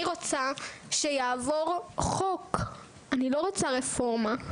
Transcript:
אני רוצה שיעור חוק, אני לא רוצה רפורמה.